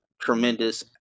tremendous